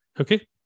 Okay